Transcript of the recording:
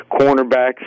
cornerbacks